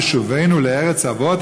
בשובנו לארץ אבות,